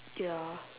ya